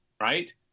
right